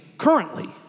currently